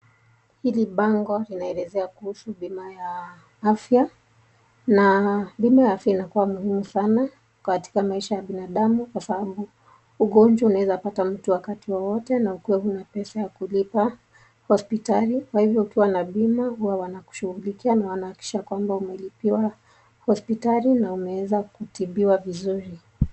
Hili bango linaelezea kuhusu bima ya afya, na vile afya inakua muhimu sana katika maisha ya binadamu, kwa sababu ugonjwa unaweza pata mtu wakati wowote na ukue huna pesa za kulipa hospitali ,kwa hivyo ukiwa na bima, huwa wanakushughulikia na wanahakikisha kwamba umelipiwa hospitali na umeweza kutibiwa vizuri.